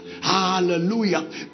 Hallelujah